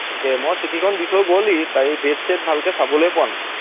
তাকে মই চিঠিখন দি থৈ গ'লহি তাৰিখ ডেট চেট ভালকৈ চাবলৈয়ে পোৱা নাই